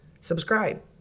subscribe